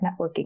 networking